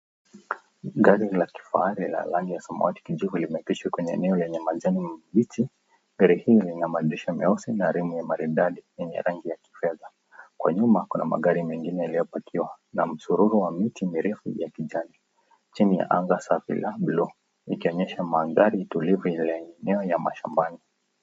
Magari ya kifahari yanaonekana kama yamejengwa kwa ajili ya kusafiri kwenye eneo lenye majani mabichi. Gari hili lina madirisha meupe na rimu za maridadi yenye rangi ya kofedha. Kwa nyuma, kuna magari mengine yaliyopakiwa na msululu wa miti mirefu ya kijani. Chini ya anga safi ya bluu, ikionyesha maandhari tulivu katika eneo la mashambani.